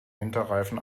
winterreifen